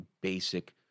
basic